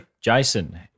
Jason